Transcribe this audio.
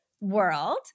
world